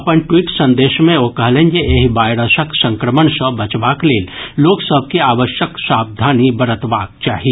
अपन ट्वीट संदेश मे ओ कहलनि जे एहि वायरसक संक्रमण सँ बचबाक लेल लोक सभ के आवश्यक सावधानी बरतबाक चाही